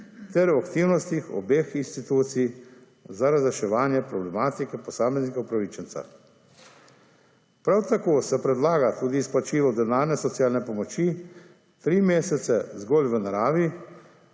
ter o aktivnostih obeh institucij za razreševanje problematike posameznika upravičenca. Prav tako se predlaga tudi izplačilo denarne socialne pomoči tri mesece zgolj v naravi,